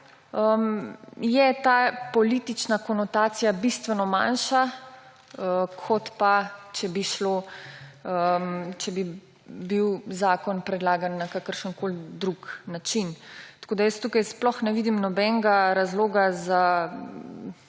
je ta politična konotacija bistveno manjša, kot če bi bil zakon predlagan na kakršenkoli drugi način. Tako jaz tukaj ne vidim nobenega razloga za